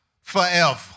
forever